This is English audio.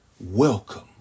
Welcome